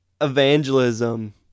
evangelism